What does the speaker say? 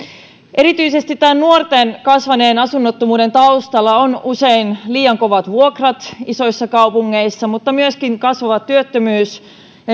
erityisesti nuorten kasvaneen asunnottomuuden taustalla ovat usein liian kovat vuokrat isoissa kaupungeissa mutta myöskin kasvava työttömyys ja